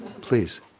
Please